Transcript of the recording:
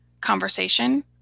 conversation